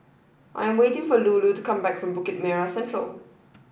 I'm waiting for Lulu to come back from Bukit Merah Central